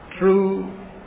true